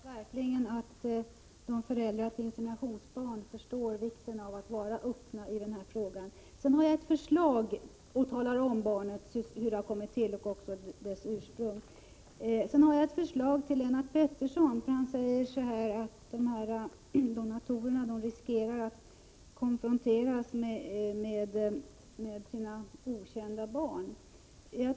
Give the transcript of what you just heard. Herr talman! Jag hoppas verkligen att föräldrar till inseminationsbarn förstår vikten av att vara öppen i denna fråga och tala om för barnet hur det har kommit till och vilket ursprung det har. Sedan har jag ett förslag till Lennart Pettersson. Han säger att donatorerna riskerar att konfronteras med sina okända barn.